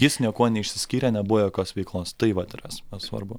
jis niekuo neišsiskyrė nebuvo jokios veiklos tai vat yra svarbu